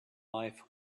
life